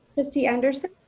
trustee anderson.